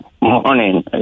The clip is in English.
Morning